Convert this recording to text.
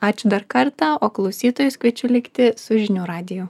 ačiū dar kartą o klausytojus kviečiu likti su žinių radiju